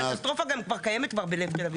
הקטסטרופה כבר קיימת בלב תל-אביב.